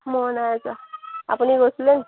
মই নাইযোৱা আপুনি গৈছিলে নেকি